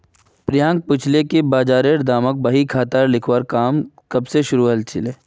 प्रियांक पूछले कि बजारेर दामक बही खातात लिखवार कामेर शुरुआत कब स हलछेक